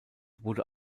wurde